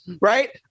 right